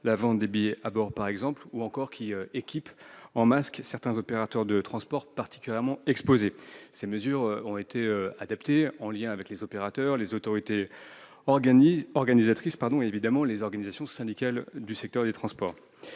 la vente des billets à bord, par exemple, ou encore qui impose d'équiper en masques certains opérateurs de transport particulièrement exposés. Ces mesures ont été adaptées en liaison avec les opérateurs, les autorités organisatrices et les organisations syndicales du secteur des transports.